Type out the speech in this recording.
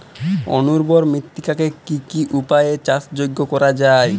অনুর্বর মৃত্তিকাকে কি কি উপায়ে চাষযোগ্য করা যায়?